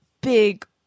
big